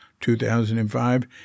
2005